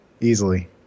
Easily